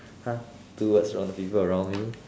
!huh! two words on the people around you